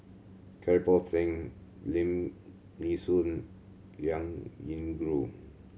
Kirpal Singh Lim Nee Soon Liao Yingru